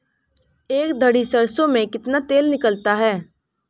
एक दही सरसों में कितना तेल निकलता है?